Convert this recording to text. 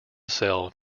cell